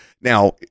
Now